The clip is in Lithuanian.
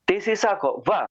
tai jisai sako va